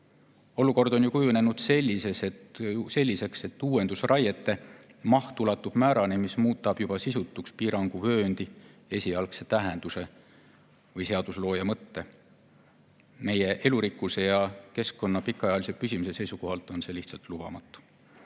Olukord on ju kujunenud selliseks, et uuendusraiete maht ulatub määrani, mis muudab juba sisutuks piiranguvööndi esialgse tähenduse või seaduslooja mõtte. Meie elurikkuse ja keskkonna pikaajalise püsimise seisukohalt on see lihtsalt lubamatu.